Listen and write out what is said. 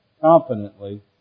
confidently